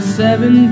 seven